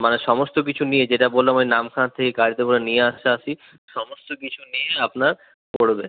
মানে সমস্ত কিছু নিয়ে যেটা বললাম ওই নামখানা থেকে গাড়িতে করে নিয়ে আসাআসি সমস্ত কিছু নিয়ে আপনার পড়বে